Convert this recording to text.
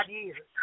years